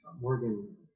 Morgan